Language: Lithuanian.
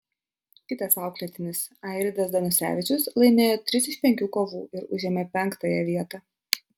kitas auklėtinis airidas danusevičius laimėjo tris iš penkių kovų ir užėmė penktąją vietą